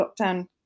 lockdown